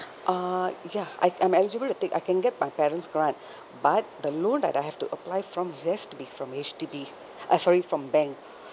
uh yeah I I'm eligible to take I can get my parents grant but the loan that I have to apply from this to be from H_D_B uh sorry from bank